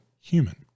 human